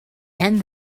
and